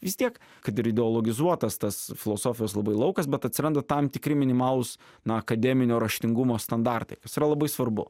vis tiek kad ir ideologizuotas tas filosofijos labai laukas bet atsiranda tam tikri minimalūs na akademinio raštingumo standartai kas yra labai svarbu